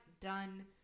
done